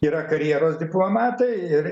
yra karjeros diplomatai ir